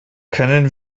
können